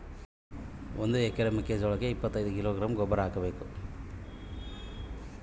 ಒಂದು ಎಕರೆ ಮೆಕ್ಕೆಜೋಳದ ಬೆಳೆಗೆ ಎಷ್ಟು ಕಿಲೋಗ್ರಾಂ ಗೊಬ್ಬರ ಹಾಕಬೇಕು?